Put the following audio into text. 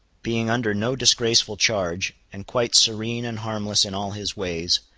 being under no disgraceful charge, and quite serene and harmless in all his ways,